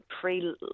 pre